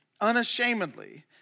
unashamedly